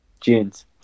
jeans